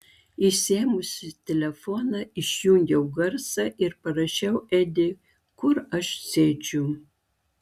išsiėmusi telefoną išjungiu garsą ir parašau edi kur aš sėdžiu